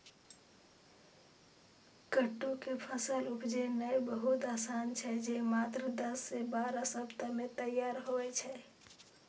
कट्टू के फसल उपजेनाय बहुत आसान छै, जे मात्र दस सं बारह सप्ताह मे तैयार होइ छै